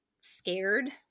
scared